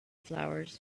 flowers